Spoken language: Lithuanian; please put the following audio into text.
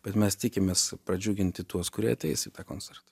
bet mes tikimės pradžiuginti tuos kurie ateis į tą koncertą